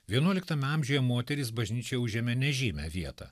vienuoliktame amžiuje moterys bažnyčioj užėmė nežymią vietą